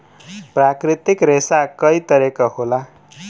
प्राकृतिक रेसा कई तरे क होला